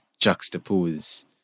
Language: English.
juxtapose